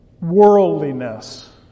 Worldliness